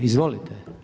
Izvolite.